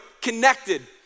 connected